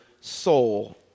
Soul